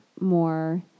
more